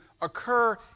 occur